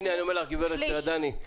גברת עדני,